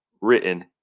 written